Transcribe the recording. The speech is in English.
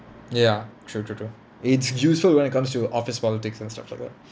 ya true true true it's useful when it comes to office politics and stuff like that